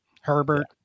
Herbert